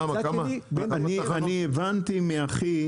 אני הבנתי מאחי,